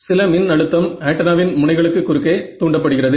சில மின் அழுத்தம் ஆன்டென்னாவின் முனைகளுக்கு குறுக்கே தூண்டப்படுகிறது